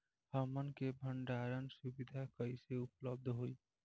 हमन के भंडारण सुविधा कइसे उपलब्ध होई?